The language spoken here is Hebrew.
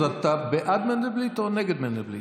אז אתה בעד מנדלבליט או נגד מנדלבליט?